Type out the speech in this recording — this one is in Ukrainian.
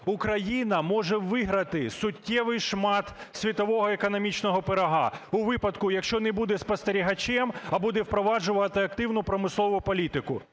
Україна може виграти суттєвий шмат світового економічного пирога у випадку, якщо не буде спостерігачем, а буде впроваджувати активну промислову політику: